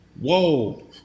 whoa